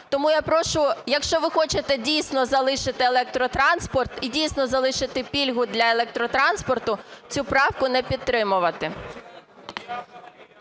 Тому я прошу, якщо ви хочете дійсно залишити електротранспорт і дійсно залишити пільгу для електротранспорту, цю правку не підтримувати.